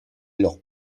leurs